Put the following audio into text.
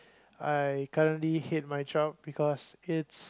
I currently hate my job because it's